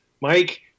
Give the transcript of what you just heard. Mike